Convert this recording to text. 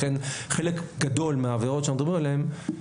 לכן חלק גדול מהעבירות שאנחנו מדברים עליהן,